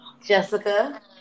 Jessica